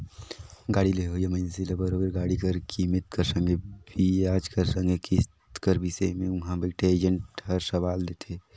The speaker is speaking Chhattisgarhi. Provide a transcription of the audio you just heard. गाड़ी लेहोइया मइनसे ल बरोबेर गाड़ी कर कीमेत कर संघे बियाज कर संघे किस्त कर बिसे में उहां बइथे एजेंट हर सलाव देथे